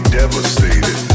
devastated